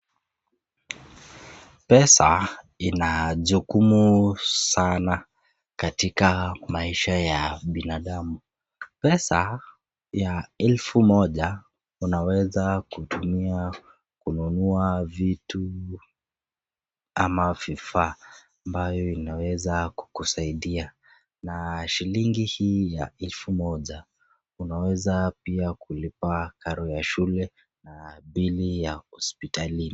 Pesa inajukumu sana katika maisha ya binadamu. Pesa ya elfu moja unaweza kutumia kununua vitu ama vifaa ambayo inaweza kukusaidia na shilingi hii ya elfu moja unaweza pia kulipa karo ya shule na bili ya hospitali.